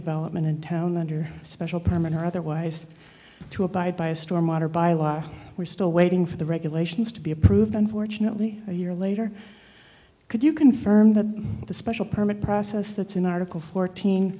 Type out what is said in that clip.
development in town under special permit or otherwise to abide by a storm water by law we're still waiting for the regulations to be approved unfortunately a year later could you confirm that the special permit process that's in article fourteen